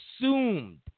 assumed